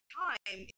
time